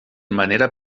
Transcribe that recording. manera